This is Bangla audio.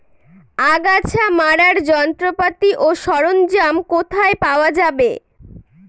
আগাছা মারার যন্ত্রপাতি ও সরঞ্জাম কোথায় পাওয়া যাবে?